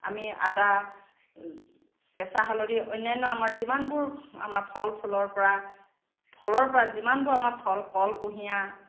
আমি আদা কেঁচা হালধি অন্যান্য আমাৰ যিমানবোৰ আমাৰ ফল ফুলৰ পৰা ফলৰ পৰা যিমানবোৰ আমাৰ ফল কল কুঁহিয়া